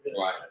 right